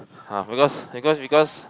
ah because because because